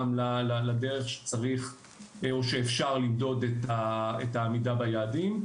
גם לדרך שצריך או שאפשר למדוד את העמידה ביעדים.